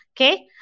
Okay